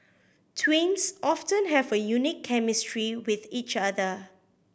twins often have a unique chemistry with each other